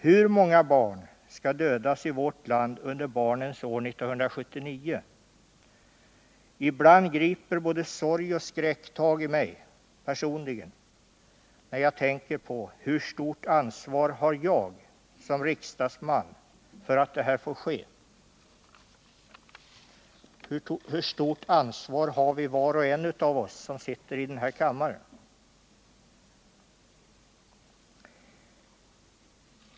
Hur många barn skall dödas bara i vårt land under barnens år 1979? Ibland griper både sorg och skräck tag i mig när jag tänker: Hur stort ansvar har jag som riksdagsman för att detta får ske? Hur stort ansvar har var och en av oss som sitter i den här kammaren?